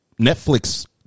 Netflix